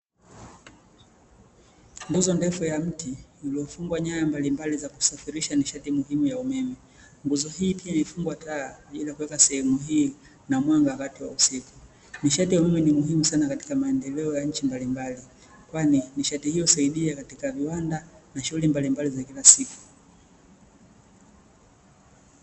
Nguzo ndefu ya mti iliyofungwa nyaya mbalimbali za kusafirisha nishati muhimu ya umeme. Nguzo hii ikiwa imefungwa taa kwa ajili ya kuweka sehemu na mwanga wakati wa usiku. Nishati ya umeme ni muhimu katika maendelea ya nchi mbalimbali, kwani nishati hiyo husaidia katika viwanda na shughuli mbalimbali za kila siku.